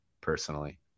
personally